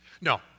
No